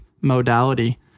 modality